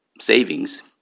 savings